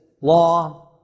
law